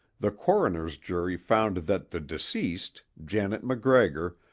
the coroner's jury found that the deceased, janet macgregor,